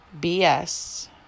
BS